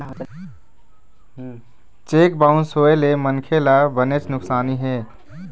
cheque bounce होए ले मनखे ल बनेच नुकसानी हे